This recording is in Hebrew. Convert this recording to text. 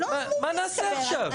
מה נעשה עכשיו?